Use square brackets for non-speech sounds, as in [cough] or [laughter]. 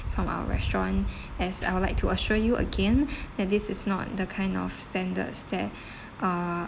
from our restaurant [breath] as I would like to assure you again [breath] that this is not the kind of standards that [breath] uh